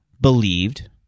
believed